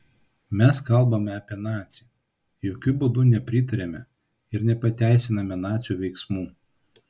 mes kalbame apie nacį jokiu būdu nepritariame ir nepateisiname nacių veiksmų